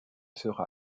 sera